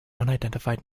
unidentified